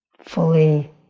Fully